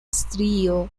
strio